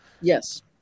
Yes